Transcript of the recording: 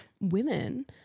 women